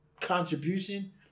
contribution